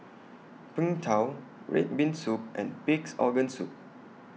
Png Tao Red Bean Soup and Pig'S Organ Soup